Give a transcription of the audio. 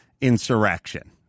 insurrection